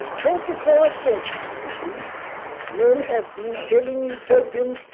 ah twenty four centuries at least men have been telling utopian